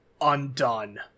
undone